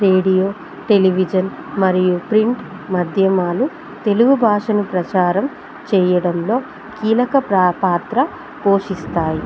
radio television మరియు print మాధ్యమాలు తెలుగు భాషను ప్రచారం చేయడంలో కీలక పాత్ర పోషిస్తాయి